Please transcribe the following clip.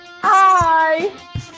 Hi